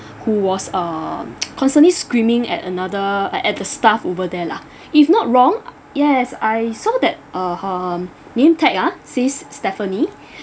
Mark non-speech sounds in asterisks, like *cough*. who was uh *noise* constantly screaming at another at at the staff over there lah if not wrong yes I saw that uh her name tag ah says stephanie